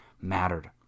mattered